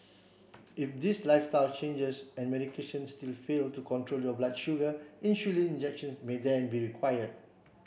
if these lifestyle changes and medication still fail to control your blood sugar insulin injections may then be required